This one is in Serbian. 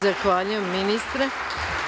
Zahvaljujem, ministre.